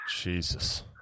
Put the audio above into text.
Jesus